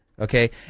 okay